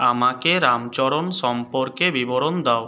আমাকে রামচরণ সম্পর্কে বিবরণ দাও